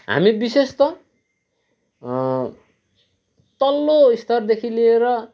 हामी विशेष त तल्लो स्तरदेखि लिएर